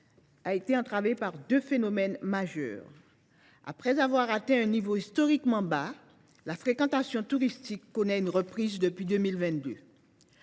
a été entravé par deux phénomènes majeurs. Après avoir atteint un niveau historiquement bas, la fréquentation touristique connaît une reprise depuis 2022.